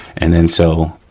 and then so,